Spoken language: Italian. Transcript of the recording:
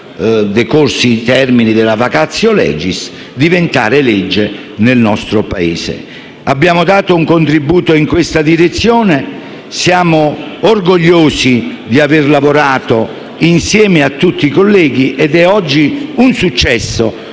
decorsi i termini della *vacatio legis*, diventare legge nel nostro Paese. Abbiamo dato un contributo in questa direzione e siamo orgogliosi di aver lavorato insieme a tutti i colleghi. Questo è oggi un successo